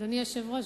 אדוני היושב-ראש,